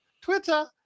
twitter